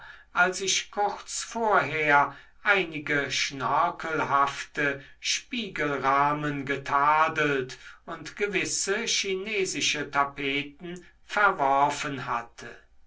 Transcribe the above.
als ich kurz vorher einige schnörkelhafte spiegelrahmen getadelt und gewisse chinesische tapeten verworfen hatte